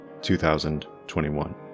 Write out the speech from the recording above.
2021